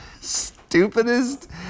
stupidest